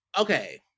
okay